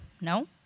No